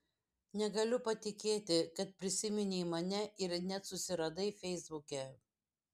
negaliu patikėti kad prisiminei mane ir net susiradai feisbuke